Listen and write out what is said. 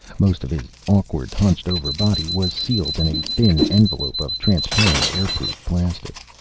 most of his awkward, hunched-over body was sealed in a thin envelope of transparent airproof plastic.